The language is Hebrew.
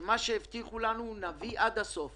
שאת מה שהבטיחו לנו נביא עד הסוף.